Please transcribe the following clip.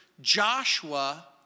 Joshua